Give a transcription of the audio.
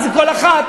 אבל זה כל אחד.